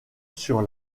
sur